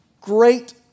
great